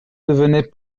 devenait